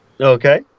Okay